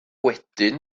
wedyn